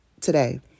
today